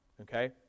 Okay